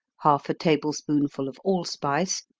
half a table spoonful of allspice,